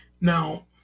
Now